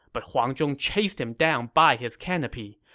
but huang zhong chased him down by his canopy.